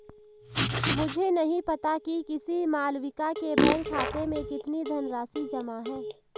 मुझे नही पता कि किसी मालविका के बैंक खाते में कितनी धनराशि जमा है